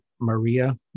maria